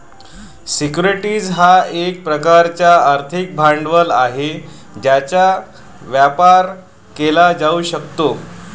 securities हा एक प्रकारचा आर्थिक भांडवल आहे ज्याचा व्यापार केला जाऊ शकतो